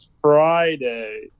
Friday